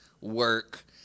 work